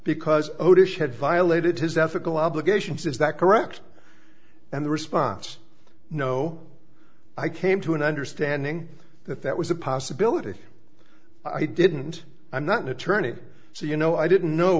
because odisha had violated his ethical obligations is that correct and the response no i came to an understanding that that was a possibility i didn't i'm not an attorney so you know i didn't know